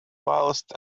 whilst